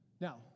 Now